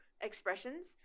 expressions